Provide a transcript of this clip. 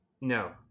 No